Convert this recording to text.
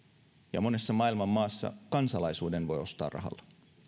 ja monessa maailman maassa kansalaisuuden voi ostaa rahalla